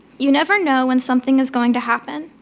you never know when something is going to happen.